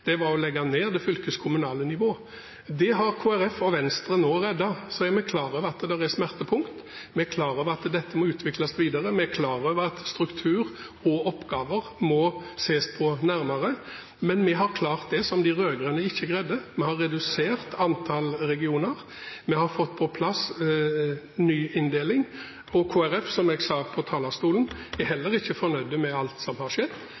som var det politiske utgangspunktet for regjeringen, å legge ned det fylkeskommunale nivået. Det nivået har Kristelig Folkeparti og Venstre nå reddet. Så er vi klar over at det er smertepunkt. Vi er klar over at dette må utvikles videre. Vi er klar over at struktur og oppgaver må ses nærmere på. Men vi har klart det som de rød-grønne ikke greide, vi har redusert antall regioner. Vi har fått på plass en ny inndeling. Og Kristelig Folkeparti, som jeg sa fra talerstolen, er heller ikke fornøyd med alt som